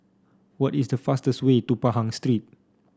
what is the fastest way to Pahang Street